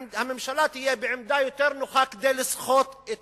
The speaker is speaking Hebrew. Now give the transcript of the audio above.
הממשלה תהיה בעמדה יותר נוחה כדי לסחוט את